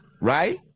right